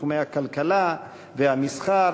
בתחומי הכלכלה והמסחר,